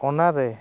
ᱚᱱᱟᱨᱮ